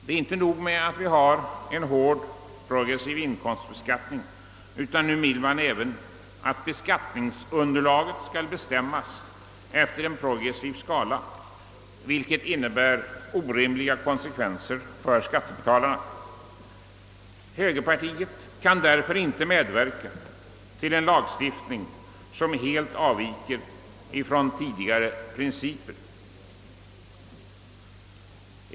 Det är inte nog med att vi redan har en hård progressiv inkomstbeskattning, utan nu vill man även att beskattningsunderlaget skall bestämmas efter en progressiv skala, vilket medför orimliga konsekvenser för skattebetalarna. Högerpartiet kan av denna anledning inte medverka till en lagstiftning som helt avviker från tidigare tillämpade principer.